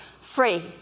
free